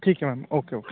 ठीक है ma'am okay okay